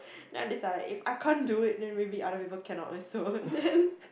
then I'm just like if I can't do it then maybe other people cannot also then